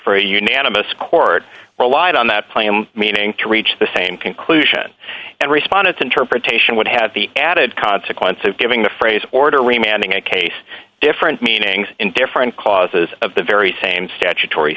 for a unanimous court relied on that claim meaning to reach the same conclusion and respondents interpretation would have the added consequence of giving the phrase order remaining a case different meanings in different causes of the very same statutory